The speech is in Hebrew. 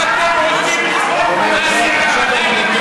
אבל אתם רוצים לצחוק על המדינה, אתם עושים צחוק.